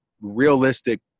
realistic